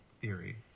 theory